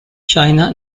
china